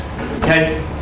okay